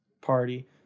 party